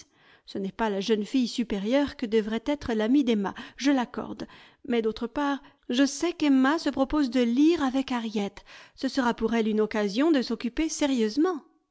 ce n'est pas la jeune fille supérieure que devrait être l'amie d'emma je l'accorde mais d'autre part je sais qu'emma se propose de lire avec harriet ce sera pour elle une occasion de s'occuper sérieusement